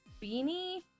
beanie